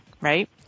right